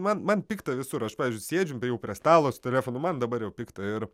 man man pikta visur aš pavyzdžiui sėdžiu jau prie stalo su telefonu man dabar jau pikta ir